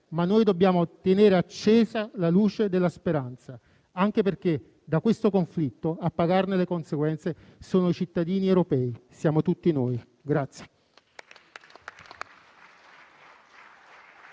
ma noi dobbiamo tenere accesa la luce della speranza, anche perché da questo conflitto a pagarne le conseguenze sono i cittadini europei, siamo tutti noi.